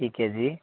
ਠੀਕ ਹੈ ਜੀ